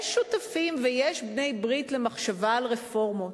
יש שותפים ויש בעלי-ברית למחשבה על רפורמות,